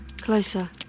Closer